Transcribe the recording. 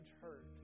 hurt